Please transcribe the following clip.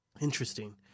Interesting